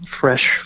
fresh